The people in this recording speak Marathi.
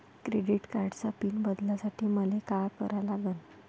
क्रेडिट कार्डाचा पिन बदलासाठी मले का करा लागन?